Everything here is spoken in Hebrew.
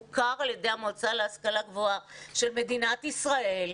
ידי המועצה להשכלה גבוהה של מדינת ישראל,